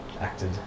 acted